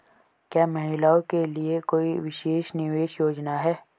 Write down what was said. क्या महिलाओं के लिए कोई विशेष निवेश योजना है?